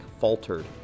faltered